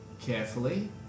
carefully